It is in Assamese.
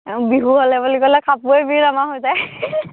বিহু হ'লে বুলি ক'লে কাপোৰে বিল আমাৰ হৈ যায়